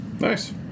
Nice